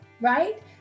right